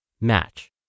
match